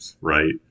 right